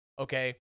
Okay